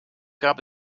gab